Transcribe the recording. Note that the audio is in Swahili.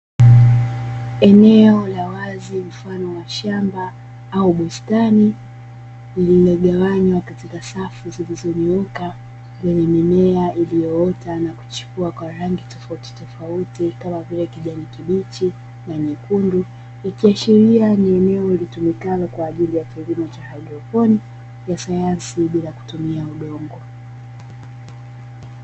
Eneo la wazi mfano wa shamba au bustani lililogawanywa katika safu zilizonyooka lenye mimea iliyoota na kuchipua kwa rangi tofautitofauti kama vile; kijani kibichi na nyekundu ikiashiria ni eneo litumikalo kwa ajili ya kilimo cha haidroponi ya sayansi bila kutumia udongo.